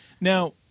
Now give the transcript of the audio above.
Now